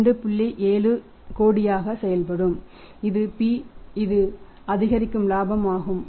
70 கோடியாக செயல்படும் இது p இது அதிகரிக்கும் இலாபம் ஆகும்